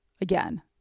again